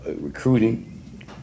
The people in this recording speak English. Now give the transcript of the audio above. recruiting